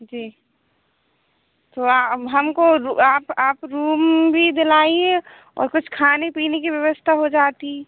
जी तो हमको आप आप रूम भी दिलाइए और कुछ खाने पीने की व्यवस्था हो जाती